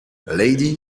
lady